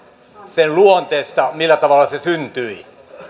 sen luonteesta millä tavalla se syntyi